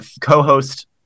co-host